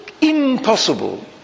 Impossible